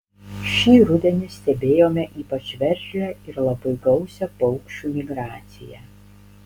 šį rudenį stebėjome ypač veržlią ir labai gausią paukščių migraciją